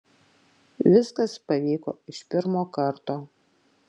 viskas pavyko iš pirmo karto